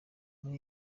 muri